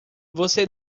você